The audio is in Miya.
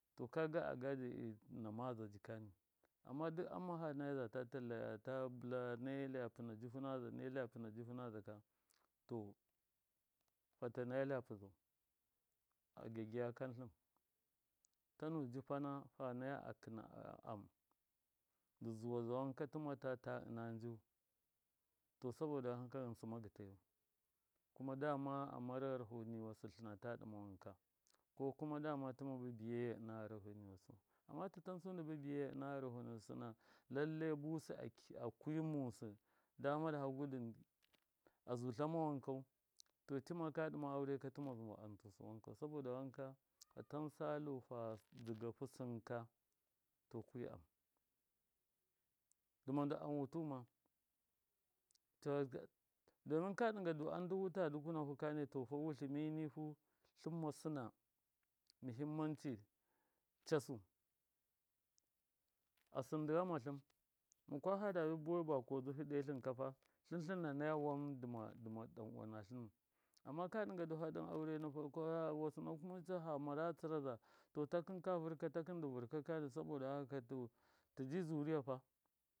To kaga agaje na maza jikani amma duk am mafa nayaza tallaya ta bɨla nai lyapɨ na juhu nazaka lyapɨ na juhu nazaka to fata naya lyapɨ zau a gyagyiya kantlɨn tanu jɨfana fa naya akɨna am dɨ zuwaza wanka tɨmata ta ɨnaju to saboda wanka ghɨsɨ ma gɨtayau. Kuma dama amar gharaho niwasɨ tlɨnata ɗɨma wanka ko kuma dama tɨma ba biyayya ɨna gharaho niwasu amma tɨtan su ndɨ ba biyayya dɨ sɨna lallaṫ busṫ akwi musɨ dama da hagu du a zumatla ma wankau tima ka ɗɨma aure ka tɨma zuwa tusɨ wankau saboda wanka fatan salu fa ghɨdzahu sɨnka to kwi am dɨma ndɨ am wutu ma domin ka ɗɨnga du am ndɨ wuta dukuna fu kafa tofa wutlɨ mi nifu tlɨmma sɨna muhimmanci casu asɨn ndɨ ghamatlɨn mukwa fadabi buwai bako dzɨhɨ ɗetlɨn kafa tlɨna wan dɨma ɗan uwa natlɨnu, amma ka ɗɨnga du faɗɨn aure na farko ha wasɨna hu fa mara tsɨraza takɨm ka vɨrka ka takɨm dɨ vɨrka ka saboda haka to tiji zuriyafa.